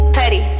petty